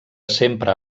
sempre